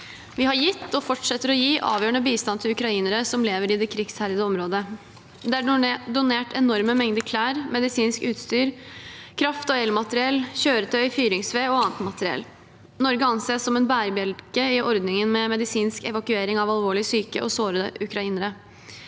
Vi har gitt, og fortsetter å gi, avgjørende bistand til ukrainere som lever i det krigsherjede området. Det er donert enorme mengder klær, medisinsk utstyr, kraft- og elmateriell, kjøretøy, fyringsved og annet materiell. Norge anses som en bærebjelke i ordningen med medisinsk evakuering av alvorlig syke og sårede ukrainere.